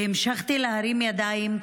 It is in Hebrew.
והמשכתי להרים ידיים,